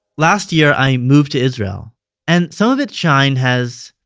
last year, i moved to israel and some of its shine has,